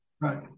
Right